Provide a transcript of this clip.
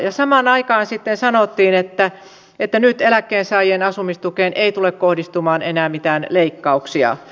ja samaan aikaan sitten sanottiin että nyt eläkkeensaajan asumistukeen ei tule kohdistumaan enää mitään leikkauksia